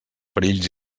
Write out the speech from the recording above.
perills